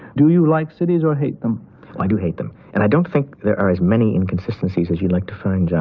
do you like cities or hate them? gg i do hate them, and i don't think there are as many inconsistencies as you'd like to find, john.